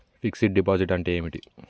Fix డ్ deposit అంటే ఏమిటి?